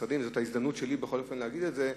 זו ההזדמנות שלי בכל אופן להגיד את זה,